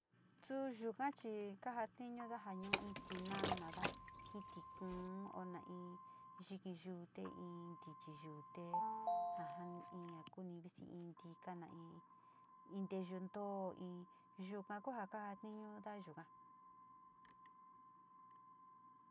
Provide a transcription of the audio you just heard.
Suu yuka chi, kajatiñuda ñu in tinanada, in tikuu o na in yiki yute, ntichi yute, jaja in ja ku visi in ndika, naa in nteeyu ntoo, yuka ku ja kajetiñuuda yuka.